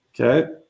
Okay